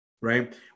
Right